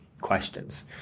questions